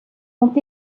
ont